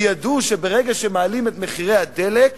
כי ידעו שברגע שמעלים את מחירי הדלק,